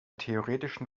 theoretischen